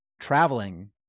traveling